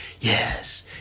Yes